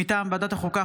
מטעם ועדת החוקה,